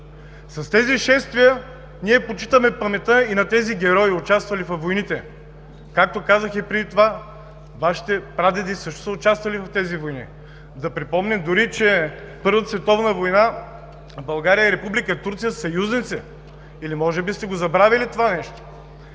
С тези шествия ние почитаме паметта и на тези герои, участвали във войните, както казах преди това, че Вашите прадеди също са участвали в тези войни и да припомня дори, че в Първата световна война България и Република Турция са съюзници. Или може би сте забрали това нещо?